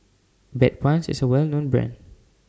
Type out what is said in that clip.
Bedpans IS A Well known Brand